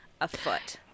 afoot